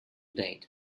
date